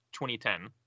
2010